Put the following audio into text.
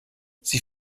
sie